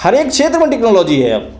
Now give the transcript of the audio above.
हर एक क्षेत्र में टेक्नोलॉजी है अब